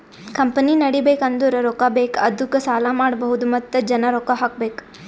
company ನಡಿಬೇಕ್ ಅಂದುರ್ ರೊಕ್ಕಾ ಬೇಕ್ ಅದ್ದುಕ ಸಾಲ ಮಾಡ್ಬಹುದ್ ಮತ್ತ ಜನ ರೊಕ್ಕಾ ಹಾಕಬೇಕ್